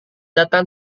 datang